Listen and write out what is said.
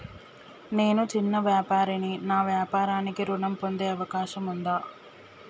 నేను చిన్న వ్యాపారిని నా వ్యాపారానికి ఋణం పొందే అవకాశం ఉందా?